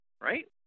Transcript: right